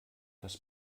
das